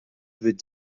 wurdt